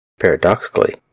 Paradoxically